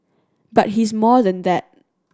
but he's more than that